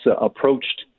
approached